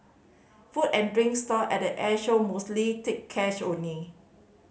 food and drink stall at the Airshow mostly take cash only